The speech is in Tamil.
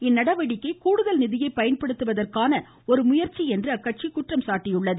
இந்நடவடிக்கை கூடுதல் நிதியை பயன்படுத்துவதற்கான ஒரு முயற்சி என்று அக்கட்சி குற்றம் சாட்டியது